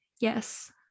Yes